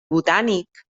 botànic